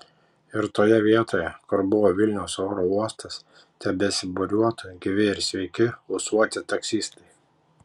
ir toje vietoje kur buvo vilniaus oro uostas tebesibūriuotų gyvi ir sveiki ūsuoti taksistai